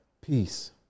Peace